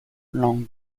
lang